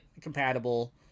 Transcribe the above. compatible